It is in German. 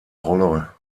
rolle